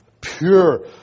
Pure